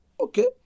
Okay